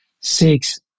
six